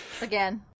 Again